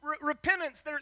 repentance